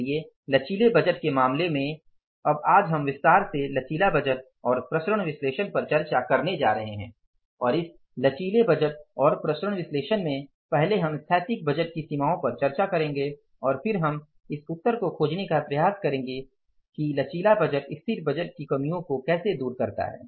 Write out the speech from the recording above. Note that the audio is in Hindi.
इसलिए लचीले बजट के मामले में अब आज हम विस्तार से लचीला बजट और प्रसरण विश्लेषण पर चर्चा करने जा रहे हैं और इस लचीले बजट और प्रसरण विश्लेषण में पहले हम स्थैतिक बजट की सीमाओं पर चर्चा करेंगे और फिर हम इस उत्तर को खोजने का प्रयास करेंगे कि कैसे लचीला बजट स्थिर बजट की सीमाओं को दूर कर सकता है